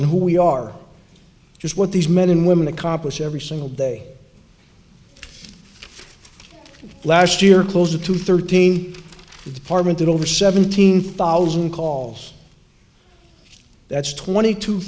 and who we are just what these men and women accomplish every single day last year closer to thirteen department did over seven hundred thousand calls that's twenty two